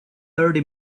thirty